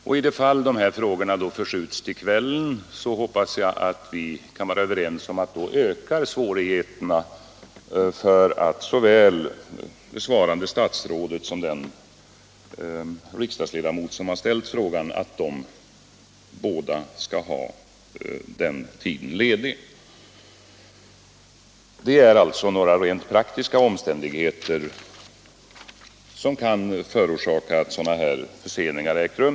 Vad gäller de fall där frågorna förskjuts till kvällen hoppas jag att vi kan vara överens 103 om att sannolikheten för att både det besvarande statsrådet och den riksdagsledamot som ställt frågan då samtidigt skall vara lediga minskar. Detta är alltså några rent praktiska omständigheter som kan förorsaka sådana förseningar som ägt rum.